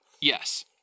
Yes